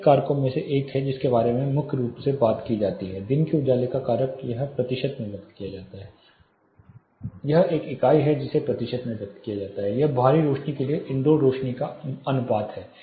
मुख्य कारकों में से एक है जिसके बारे में मुख्य रूप से बात की जाती है दिन के उजाले का कारक यह प्रतिशत में व्यक्त किया जाता है यह एक इकाई है जिसे प्रतिशत में व्यक्त किया जाता है यह बाहरी रोशनी के लिए इनडोर रोशनी का अनुपात है